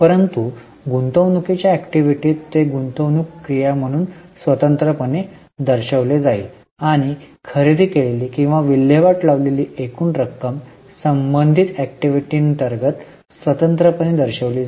परंतु गुंतवणूकीच्या ऍक्टिव्हिटीांत ते गुंतवणूकी क्रिया म्हणून स्वतंत्रपणे दर्शविले जाईल आणि खरेदी केलेली किंवा विल्हेवाट लावलेली एकूण रक्कम संबंधित ऍक्टिव्हिटीांतर्गत स्वतंत्रपणे दर्शविली जाईल